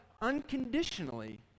unconditionally